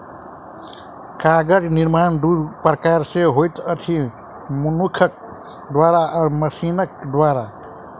कागज निर्माण दू प्रकार सॅ होइत अछि, मनुखक द्वारा आ मशीनक द्वारा